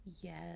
Yes